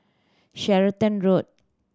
Stratton Road